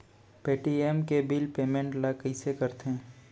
Paytm के bill payment ल कइसे करथे?